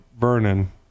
Vernon